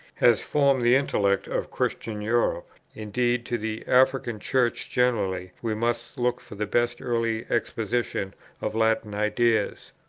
has formed the intellect of christian europe indeed to the african church generally we must look for the best early exposition of latin ideas.